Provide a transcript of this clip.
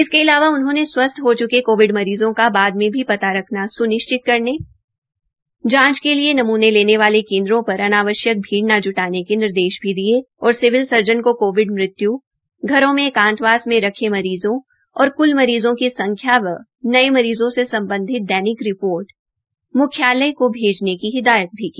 इसके अलावा उन्होंने स्वस्थ हो चुके कोविड मरीज़ों का बाद मे भी पता रखना स्निश्चित करने जांच के लिए नमूने लेने वाले केन्द्रों पर अनावश्यक भीड़ न ज्टाने के निर्देश भी दिये और सिविल सर्जन को कोविड मृत्य् घरों में एकांतवास में रखे मरीज़ों और क्ल मरीज़ों की संख्या व नये मरीज़ो से सम्बधित दैनिक रिपोर्ट म्ख्यालय को भेजने की हिदायत भी की